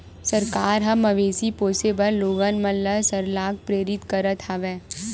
सरकार ह मवेशी पोसे बर लोगन मन ल सरलग प्रेरित करत हवय